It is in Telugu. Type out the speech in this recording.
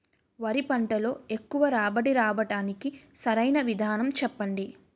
వరి పంటలో ఎక్కువ రాబడి రావటానికి సరైన విధానం చెప్పండి?